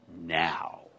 now